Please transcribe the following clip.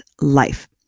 life